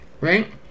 right